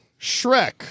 Shrek